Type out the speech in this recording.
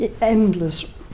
endless